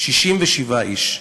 67 איש,